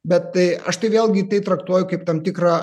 bet tai aš tai vėlgi tai traktuoju kaip tam tikrą